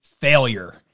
failure